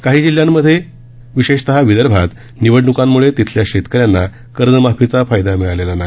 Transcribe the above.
काही जिल्ह्यांमध्ये विशेषत विदर्भात निवडणुकांमुळे तिथल्या शेतकऱ्यांना कर्जमाफीचा फायदा मिळालेला नाही